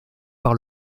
par